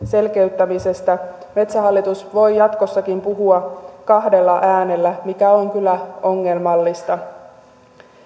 selkeyttämisestä metsähallitus voi jatkossakin puhua kahdella äänellä mikä on kyllä ongelmallista